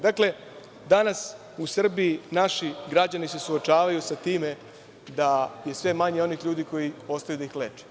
Danas u Srbiji naši građani se suočavaju sa time da je sve manje onih ljudi koji ostaju da ih leče.